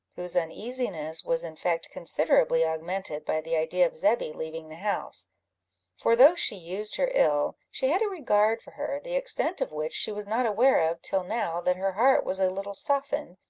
whose uneasiness was in fact considerably augmented by the idea of zebby leaving the house for though she used her ill, she had a regard for her, the extent of which she was not aware of till now that her heart was a little softened,